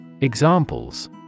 examples